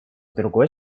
другой